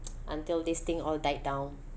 until this thing all died down